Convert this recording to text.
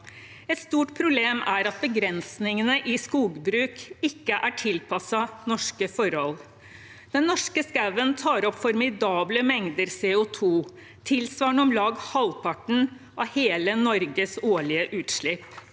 Et stort problem er at begrensningene i skogbruk ikke er tilpasset norske forhold. Den norske skogen tar opp formidable mengder CO2 – tilsvarende om lag halvparten av hele Norges årlige utslipp.